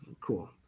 cool